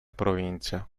provincia